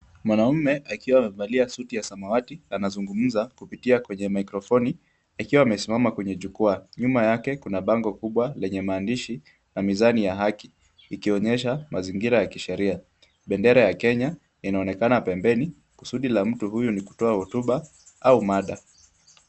Mwanamume akiwa amevalia suti ya samawati anazungumza kupitia kwenye maikrofoni akiwa amesimama kwenye jukwaa. Nyuma yake kuna bango kubwa lenye maandishi na mizani ya haki ikionyesha mazingira ya kisheria. Bendera ya Kenya inaonekana pembeni. Kusudi la mtu huyu ni kutoa hotuba au mada.